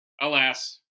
alas